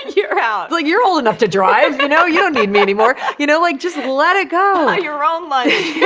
you're out. it's like you're old enough to drive, you know? you don't need me anymore. you know? like, just let it go. buy your own lunch.